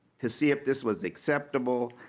to see if this was acceptable